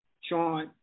Sean